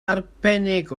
arbennig